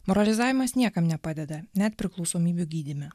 moralizavimas niekam nepadeda net priklausomybių gydyme